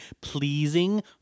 pleasing